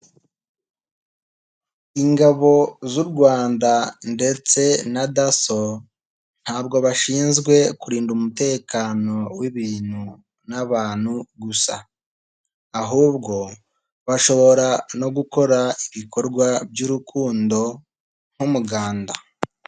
Ingabo z'u Rwanda ndetse na Dasso ntabwo bashinzwe kurinda umutekano w'ibintu n'abantu gusa ahubwo bashobora no gukora ibikorwa by'urukundo nk'umuganda.